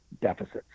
deficits